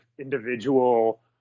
individual